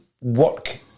work